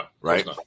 Right